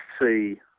see